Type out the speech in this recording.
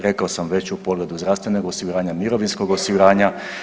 Rekao sam već u pogledu zdravstvenog osiguranja, mirovinskog osiguranja.